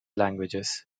languages